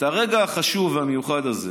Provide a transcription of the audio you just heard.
את הרגע החשוב והמיוחד הזה